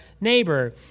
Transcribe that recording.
neighbor